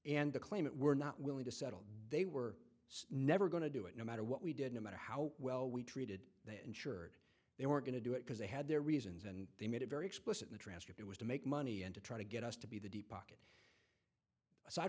and the claimant were not willing to settle they were never going to do it no matter what we did no matter how well we treated the insured they were going to do it because they had their reasons and they made it very explicit in the transcript it was to make money and to try to get us to be the deep pocket aside